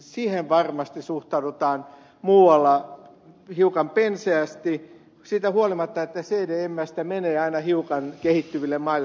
siihen varmasti suhtaudutaan muualla hiukan penseästi siitä huolimatta että cdmstä menee aina hiukan kehittyville maille